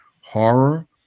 horror